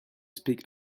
speak